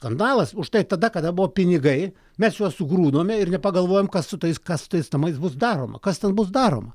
skandalas už tai tada kada buvo pinigai mes juos sugrūdome ir nepagalvojom kas su tais kas su tais namais bus daroma kas ten bus daroma